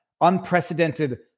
unprecedented